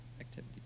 activity